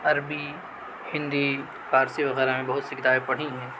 عربی ہندی فارسی وغیرہ میں بہت سی کتابیں پڑھی ہیں